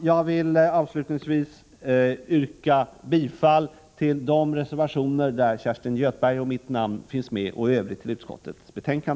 Jag vill avslutningsvis yrka bifall till de reservationer där Kerstin Göthbergs och mitt namn finns med och i övrigt bifall till utskottets hemställan.